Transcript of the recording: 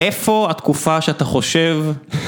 איפה התקופה שאתה חושב